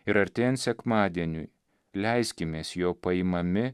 ir artėjant sekmadieniui leiskimės jo paimami